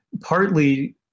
partly